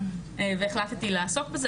והחלטתי לעסוק בזה.